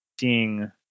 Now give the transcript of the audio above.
seeing